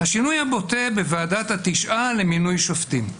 השינוי הבוטה בוועדת התשעה למינוי שופטים.